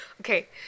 Okay